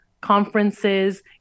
conferences